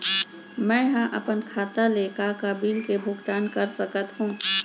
मैं ह अपन खाता ले का का बिल के भुगतान कर सकत हो